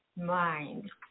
mind